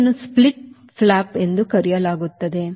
ಇದನ್ನು split flop ಎಂದು ಕರೆಯಲಾಗುತ್ತದೆ